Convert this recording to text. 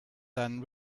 than